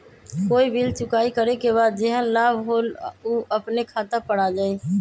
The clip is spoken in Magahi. कोई बिल चुकाई करे के बाद जेहन लाभ होल उ अपने खाता पर आ जाई?